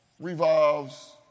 revolves